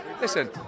listen